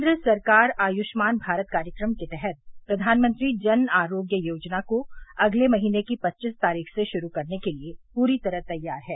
केन्द्र सरकार आयुष्मान भारत कार्यक्रम के तहत प्रधानमंत्री जन आरोग्य योजना को अगले महीने की पच्चीस तारीख से शुरू करने के लिए पूरी तरह तैयार है